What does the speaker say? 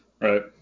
Right